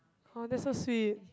!huh! that's so sweet